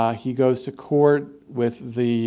um he goes to court with the